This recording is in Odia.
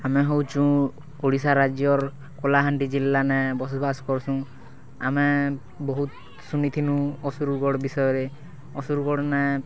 ଆମେ ହଉଚୁଁ ଓଡ଼ିଶା ରାଜ୍ୟର କଳାହାଣ୍ଡି ଜିଲ୍ଲାନା ବସବାସ୍ କରୁସନ୍ ଆମେ ବହୁତ ଶୁନିଥିଲୁ ଅସୁରଗଡ଼ ବିଷୟରେ ଅସୁରଗଡ଼ ନାଁ